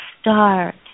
start